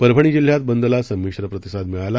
परभणी जिल्ह्यात बंदला संमिश्र प्रतिसाद मिळाला